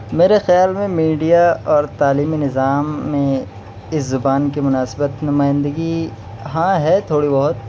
میرے خیال میں میڈیا اور تعلیمی نظام میں اس زبان کی مناسبت نمائندگی ہاں ہے تھوڑی بہت